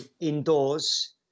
indoors